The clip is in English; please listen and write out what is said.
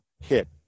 hit